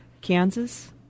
Kansas